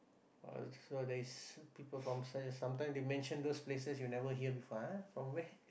uh so there is people from sometime they mention those places you never hear before !ah! from where